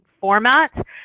format